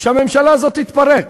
שהממשלה הזאת תתפרק.